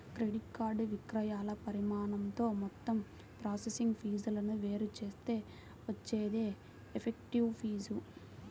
credit card విక్రయాల పరిమాణంతో మొత్తం ప్రాసెసింగ్ ఫీజులను వేరు చేస్తే వచ్చేదే ఎఫెక్టివ్ ఫీజు